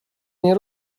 nie